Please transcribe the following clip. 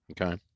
okay